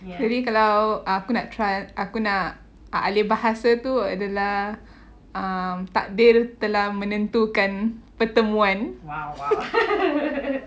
jadi kalau aku nak try alih bahasa tu ah takdir telah menentukan pertemuan